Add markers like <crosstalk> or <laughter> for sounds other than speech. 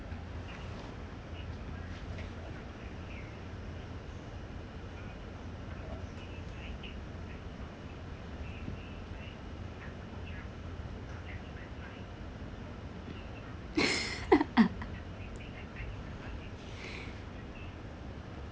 <laughs>